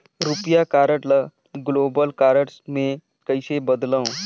रुपिया कारड ल global card मे कइसे बदलव?